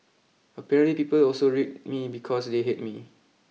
apparently people also read me because they hate me